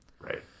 Right